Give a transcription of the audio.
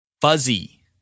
Fuzzy